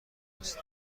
است